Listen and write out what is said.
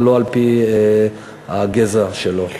ולא על-פי הגזע שלו.